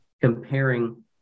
comparing